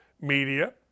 media